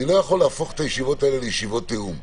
אני לא יכול להפוך את הישיבות האלה לישיבות תיאום.